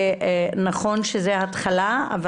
שזו ההתחלה,